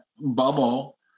bubble